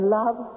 love